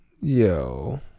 Yo